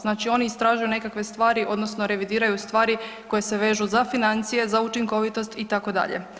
Znači istražuju nekakve stvari odnosno revidiraju stvari koje se vežu za financije, za učinkovitost itd.